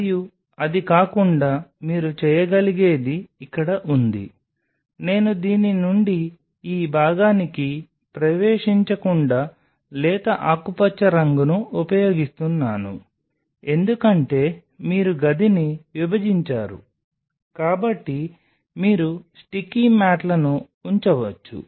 మరియు అది కాకుండా మీరు చేయగలిగేది ఇక్కడ ఉంది నేను దీని నుండి ఈ భాగానికి ప్రవేశించకుండా లేత ఆకుపచ్చ రంగును ఉపయోగిస్తున్నాను ఎందుకంటే మీరు గదిని విభజించారు కాబట్టి మీరు స్టిక్కీ మ్యాట్లను ఉంచవచ్చు